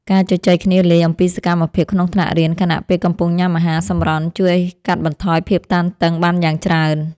ការជជែកគ្នាលេងអំពីសកម្មភាពក្នុងថ្នាក់រៀនខណៈពេលកំពុងញ៉ាំអាហារសម្រន់ជួយកាត់បន្ថយភាពតានតឹងបានយ៉ាងច្រើន។